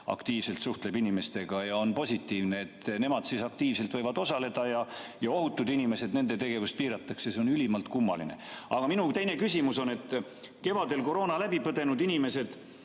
aktiivselt suhtleb inimestega ja on positiivne. Nemad siis aktiivselt võivad osaleda ja ohutute inimeste tegevust piiratakse. See on ülimalt kummaline. Aga minu teine küsimus on see. Kevadel COVID‑i läbi põdenud inimestel